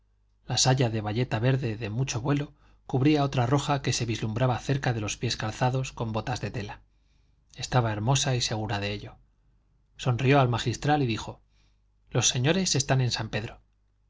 la saya de bayeta verde de mucho vuelo cubría otra roja que se vislumbraba cerca de los pies calzados con botas de tela estaba hermosa y segura de ello sonrió al magistral y dijo los señores están en san pedro